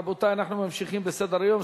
רבותי, אנחנו ממשיכים בסדר-היום.